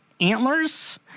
antlers